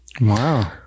Wow